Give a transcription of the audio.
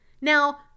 Now